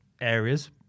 areas